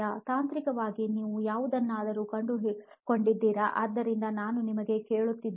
ತಾಂತ್ರಿಕವಾಗಿ ನೀವು ಯಾವುದನ್ನಾದರೂ ಕಂಡುಕೊಂಡಿದ್ದೀರಾ ಆದ್ದರಿಂದ ನಾನು ನಿಮ್ಮಗೆ ಕೇಳುತ್ತಿದ್ದೇನೆ